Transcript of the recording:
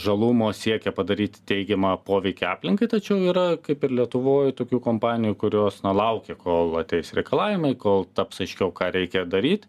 žalumo siekia padaryti teigiamą poveikį aplinkai tačiau yra kaip ir lietuvoj tokių kompanijų kurios na laukia kol ateis reikalavimai kol taps aiškiau ką reikia daryt